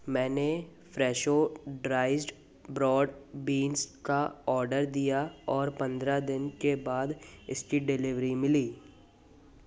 मैंने Fresho diced broad beans का order दिया और पंद्रह दिन के बाद इसकी डिलीवरी मिली